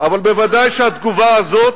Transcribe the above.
אבל ודאי שהתגובה הזאת,